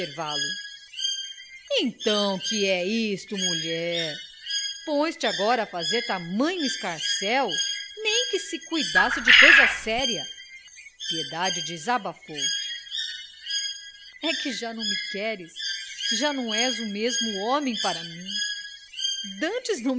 intervalo então que é isto mulher pões te agora a fazer tamanho escarcéu nem que se cuidasse de coisa séria piedade desabafou é que já não me queres já não és o mesmo homem para mim dantes não